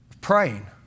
Praying